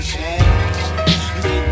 Change